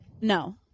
No